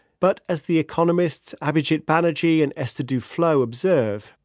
but as the economists abhijit banerjee and esther duflo observe,